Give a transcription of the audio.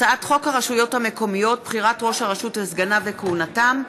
הצעת חוק הרשויות המקומיות (בחירת ראש הרשות וסגניו וכהונתם)